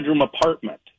apartment